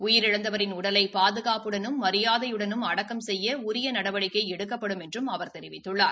உயிரிழந்தவரின் உடலை பாதுகாப்புடனும் மரியாதையுடனும் அடக்கம் செய்ய உரிய நடவடிக்கை எடுக்கப்படும் என்றும் அவர் தெரிவித்துள்ளார்